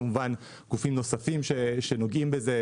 יש כמובן גופים נוספים שנוגעים בזה,